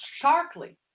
sharply